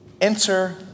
enter